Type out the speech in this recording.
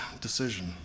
decision